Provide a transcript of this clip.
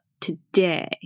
today